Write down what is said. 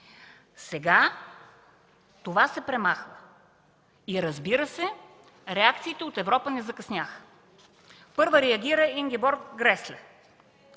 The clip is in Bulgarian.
Сега това се премахва и, разбира се, реакциите от Европа не закъсняха. Първа реагира Ингеборг Гресле